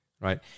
right